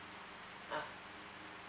uh